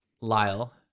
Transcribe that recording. Lyle